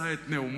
יישא את נאומו